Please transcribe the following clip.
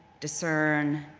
discern,